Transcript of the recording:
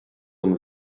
dom